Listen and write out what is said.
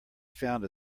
found